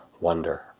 wonder